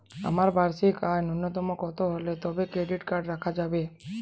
আমার বার্ষিক আয় ন্যুনতম কত হলে তবেই ক্রেডিট কার্ড রাখা যাবে?